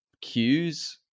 cues